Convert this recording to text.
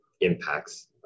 impacts